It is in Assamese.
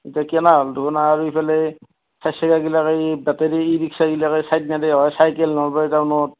ইতা কেনা হ'ল দেখোন আৰ ইফালে চাই চকাগিলা এই বেটেৰী ই ৰিক্সাগিলাই চাইকেল নেদে নলবাৰী টাউনত